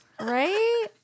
Right